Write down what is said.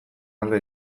alde